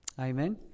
amen